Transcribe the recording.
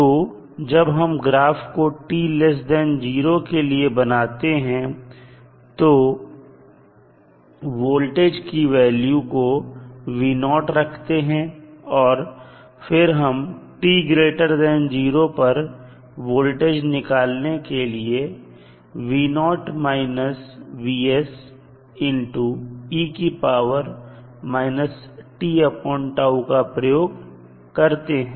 तो जब हम ग्राफ t0 के लिए बनाते हैं तो वोल्टेज की वैल्यू को रखते हैं और फिर हम t0 पर वोल्टेज निकालने के लिए का प्रयोग करते हैं